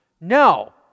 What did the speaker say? no